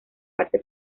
parte